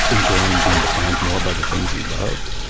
enjoying being defined more by the things you loved.